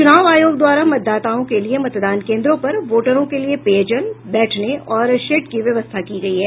चुनाव आयोग द्वारा मतदाताओं के लिये मतदान केंद्रों पर वोटरों के लिए पेयजल बैठने और शेड की व्यवस्था की गयी है